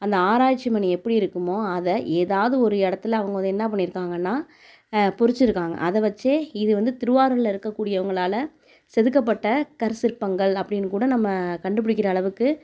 அந்த ஆராய்ச்சி மணி எப்படி இருக்குமோ அதை எதாவது ஒரு இடத்துல அவங்க என்ன பண்ணியிருக்காங்கன்னா பொறிச்சுருக்காங்க அதை வைச்சே இது வந்து திருவாரூரில் இருக்க கூடியவங்களால் செதுக்கப்பட்ட கற்சிறப்பங்கள் அப்படின்னு கூட நம்ம கண்டுபிடிக்கிற அளவுக்கு